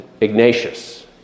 Ignatius